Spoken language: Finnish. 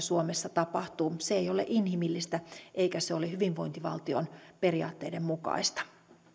tapahtuu se ei ole inhimillistä eikä se ole hyvinvointivaltion periaatteiden mukaista